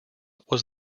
was